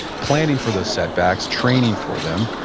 planning for the setbacks, training for them.